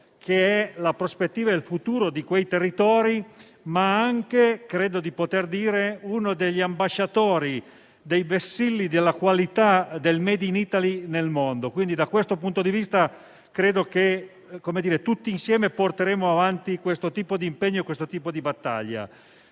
che è la prospettiva e il futuro del territorio, ma anche uno degli ambasciatori e vessilli della qualità del *made in Italy* nel mondo. Da questo punto di vista credo che tutti insieme porteremo avanti questo tipo di impegno e questo tipo di battaglia.